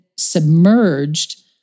submerged